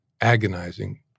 agonizing